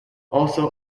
also